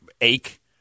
ache